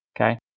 okay